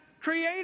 created